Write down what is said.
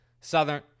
southern